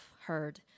heard